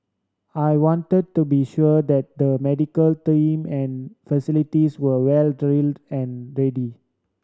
I want to be sure that the medical team and facilities were well drilled and ready